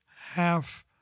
half